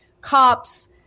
cops